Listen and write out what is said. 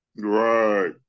Right